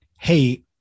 hey